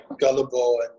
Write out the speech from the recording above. gullible